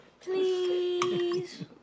Please